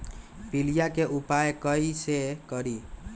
पीलिया के उपाय कई से करी?